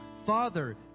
Father